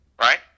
right